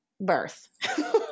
birth